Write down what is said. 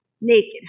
naked